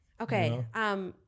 Okay